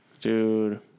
Dude